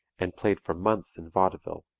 and played for months in vaudeville,